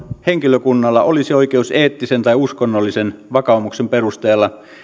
henkilökunnalla olisi oikeus eettisen tai uskonnollisen vakaumuksen perusteella